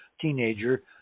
teenager